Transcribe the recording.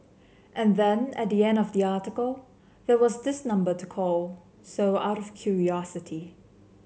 and then at the end of the article there was this number to call so out of curiosity